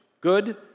good